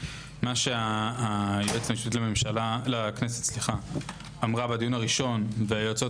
מה שהיועצת המשפטית לכנסת אמרה בדיון הראשון והיועצות